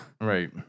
Right